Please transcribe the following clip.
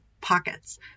pockets